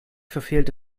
verfehlte